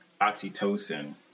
oxytocin